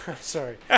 sorry